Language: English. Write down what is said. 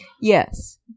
Yes